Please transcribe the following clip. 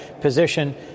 position